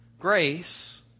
Grace